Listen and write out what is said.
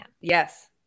Yes